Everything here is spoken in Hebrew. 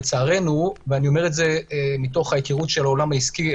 לצערנו ואני אומר את זה מתוך היכרות עם העולם העסקי,